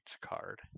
card